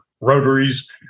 rotaries